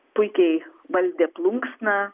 puikiai valdė plunksną